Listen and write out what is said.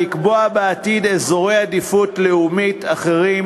לקבוע בעתיד אזורי עדיפות לאומית אחרים,